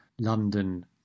London